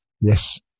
Yes